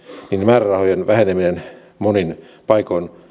määrärahojen väheneminen monin paikoin